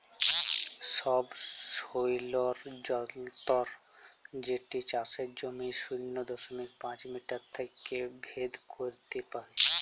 ছবছৈলর যলত্র যেট চাষের জমির শূন্য দশমিক পাঁচ মিটার থ্যাইকে ভেদ ক্যইরতে পারে